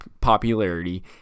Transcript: popularity